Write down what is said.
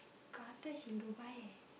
Qatar is in Dubai eh